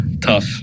Tough